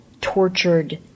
tortured